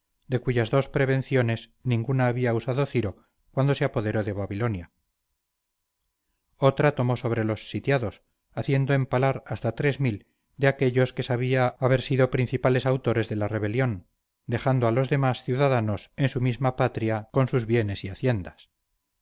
de cuyas dos prevenciones ninguna había usado ciro cuando se apoderó de babilonia otra tomó sobre los sitiados haciendo empalar hasta tres mil de aquellos que sabía haber sido principales autores de la rebelión dejando a los demás ciudadanos en su misma patria con sus bienes y haciendas